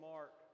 Mark